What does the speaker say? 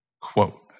quote